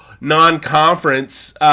non-conference